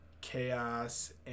chaos